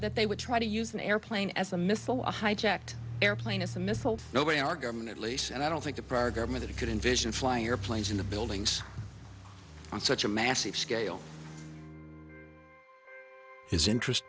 that they would try to use an airplane as a missile a hijacked airplane as a missile nobody in our government at least and i don't think the prior government could envision flying airplanes into buildings on such a massive scale his interest